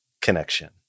connection